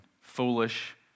foolish